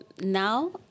now